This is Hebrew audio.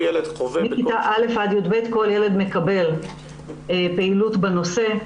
מכיתה א' עד י"ב, כל ילד מקבל פעילות בנושא.